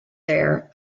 there